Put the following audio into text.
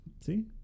see